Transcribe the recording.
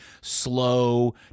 slow